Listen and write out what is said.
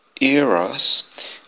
eros